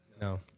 No